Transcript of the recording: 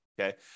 Okay